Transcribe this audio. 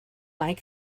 like